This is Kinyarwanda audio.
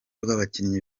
rw’abakinnyi